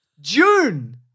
June